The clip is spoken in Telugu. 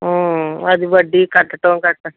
అది వడ్డీ కట్టటం కట్టా